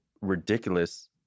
ridiculous